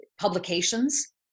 publications